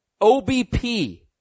obp